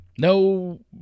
No